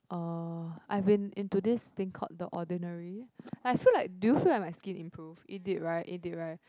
uh I've been into this thing called the ordinary like I feel like do you feel like my skin improve it did right it did right